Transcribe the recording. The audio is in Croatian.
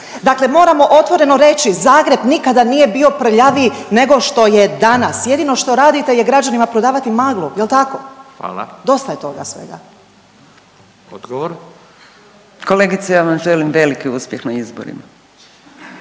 Dakle, moramo otvoreno reći Zagreb nikada nije bio prljaviji nego što je danas. Jedino što radite je građanima prodavati maglu jel tako? …/Upadica: Hvala./… Dosta je toga svega. **Radin, Furio (Nezavisni)** Odgovor.